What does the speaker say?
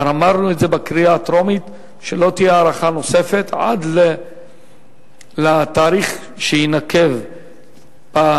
וכבר אמרנו בקריאה הטרומית שלא תהיה הארכה נוספת עד לתאריך שיינקב בחוק,